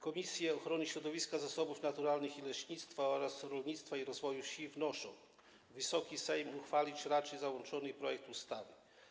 Komisja Ochrony Środowiska, Zasobów Naturalnych i Leśnictwa oraz Komisja Rolnictwa i Rozwoju Wsi wnoszą, aby Wysoki Sejm uchwalić raczył przedstawiony projekt ustawy.